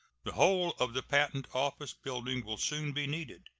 the whole of the patent office building will soon be needed,